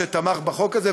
שתמך בחוק הזה,